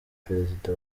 perezida